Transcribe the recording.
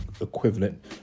equivalent